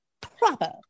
proper